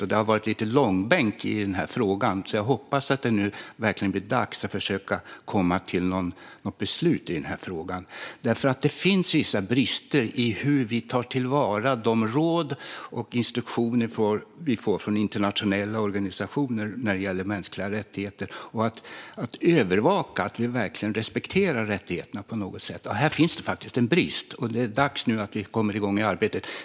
Frågan har dragits lite i långbänk, och jag hoppas att det nu verkligen blir dags att försöka komma till något beslut. Det finns vissa brister i hur vi tar till vara de råd och instruktioner som vi får från internationella organisationer när det gäller mänskliga rättigheter och att övervaka att vi verkligen respekterar rättigheterna. Här finns det en brist, och det är dags att vi nu kommer igång med arbetet.